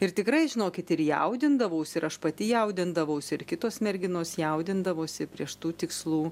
ir tikrai žinokit ir jaudindavausi ir aš pati jaudindavausi ir kitos merginos jaudindavosi prieš tų tikslų